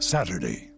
Saturday